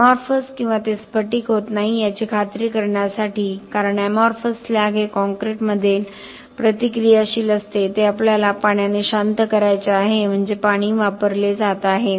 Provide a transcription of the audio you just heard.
amorphous किंवा ते स्फटिक होत नाही याची खात्री करण्यासाठी कारण एमॉरफस स्लॅग हे कॉंक्रिटमध्ये प्रतिक्रियाशील असते ते आपल्याला पाण्याने शांत करायचे आहे म्हणजे पाणी वापरले जात आहे